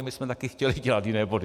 My jsme také chtěli dělat jiné body .